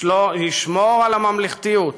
לשמור על הממלכתיות,